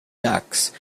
ducks